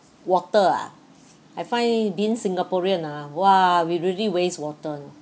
water ah I find being singaporean ah !wah! we really waste water you know